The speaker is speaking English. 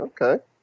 okay